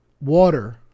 water